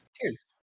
Cheers